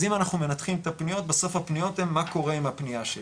אז אם אנחנו מנתחים את הפניות בסוף הפניות הן מה קורה עם הפנייה שלי.